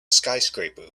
skyscraper